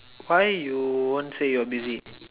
why you won't say you're busy